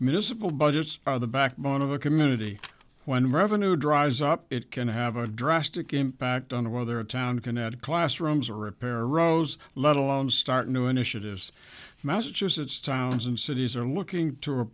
municipal budgets are the backbone of a community when revenue dries up it can have a drastic impact on whether a town can add classrooms or repair roads let alone start new initiatives massachusetts towns and cities are looking to